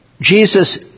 Jesus